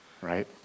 right